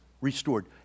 restored